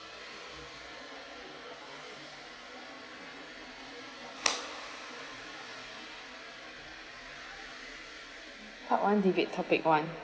part one debate topic one